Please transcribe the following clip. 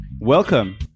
Welcome